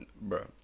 bro